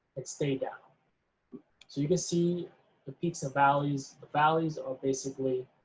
and stay down. so you can see the peaks of valleys, the valleys are basically